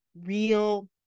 real